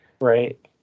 Right